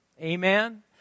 Amen